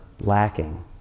lacking